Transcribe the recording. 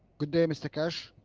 good day mr keshe,